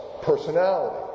personality